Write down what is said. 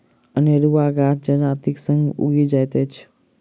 अनेरुआ गाछ जजातिक संग उगि जाइत अछि